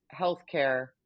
healthcare